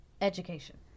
education